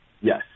Yes